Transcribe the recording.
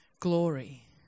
Glory